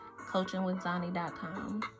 CoachingWithZani.com